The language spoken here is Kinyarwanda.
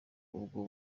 ubwo